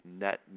net